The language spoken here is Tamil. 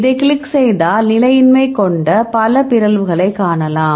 அதைக் கிளிக் செய்தால் நிலையின்மைக் கொண்ட பல பிறழ்வுகளைக் காணலாம்